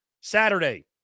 Saturday